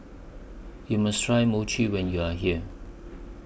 YOU must Try Mochi when YOU Are here